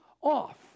off